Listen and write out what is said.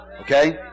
Okay